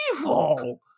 evil